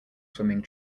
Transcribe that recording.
swimming